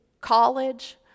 college